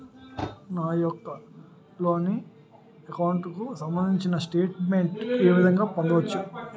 నా యెక్క loan account కు సంబందించిన స్టేట్ మెంట్ ఏ విధంగా పొందవచ్చు?